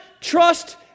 trust